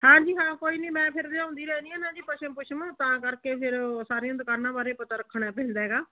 ਹਾਂਜੀ ਹਾਂ ਕੋਈ ਨਹੀਂ ਮੈਂ ਫਿਰ ਲਿਆਉਂਦੀ ਰਹਿੰਦੀ ਨਾ ਜੀ ਪਸ਼ਮ ਪੁਸ਼ਮ ਤਾਂ ਕਰਕੇ ਫਿਰ ਸਾਰੀਆਂ ਦੁਕਾਨਾਂ ਬਾਰੇ ਪਤਾ ਰੱਖਣਾ ਪੈਂਦਾ ਹੈਗਾ